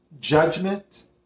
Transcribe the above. Judgment